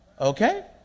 Okay